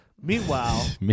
Meanwhile